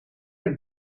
het